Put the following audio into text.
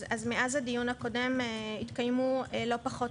אז מאז הדיון הקודם התקיימו לא פחות